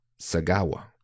Sagawa